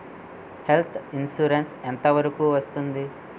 Health insurance ఎంత వరకు వస్తుంది?